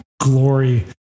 glory